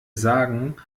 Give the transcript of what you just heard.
sagen